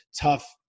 tough